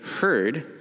heard